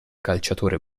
calciatore